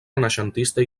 renaixentista